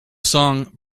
song